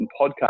podcast